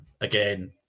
again